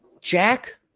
jack